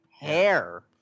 Hair